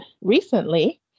recently